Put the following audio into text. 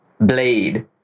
Blade